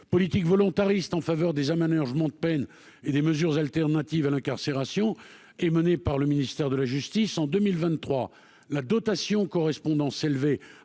politique volontariste en faveur des amateurs, je monte peines et des mesures alternatives à l'incarcération et menée par le ministère de la justice en 2023 la dotation correspondance élevé